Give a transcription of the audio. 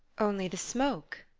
only the smoke?